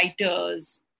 writers